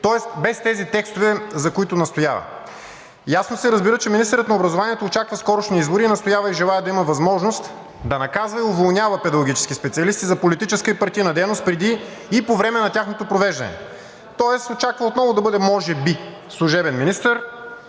тоест без тези текстове, за които настоява. Ясно се разбира, че министърът на образованието очаква скорошни избори и настоява, и желае да има възможност да наказва и уволнява педагогически специалисти за политическа и партийна дейност преди и по време на тяхното провеждане, тоест очаква отново да бъде може би служебен министър.